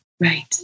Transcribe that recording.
right